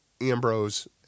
Ambrose